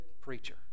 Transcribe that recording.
preacher